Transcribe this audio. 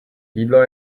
jídlo